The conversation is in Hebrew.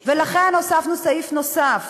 ולכן, הוספנו סעיף נוסף